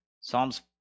Psalms